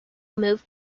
moved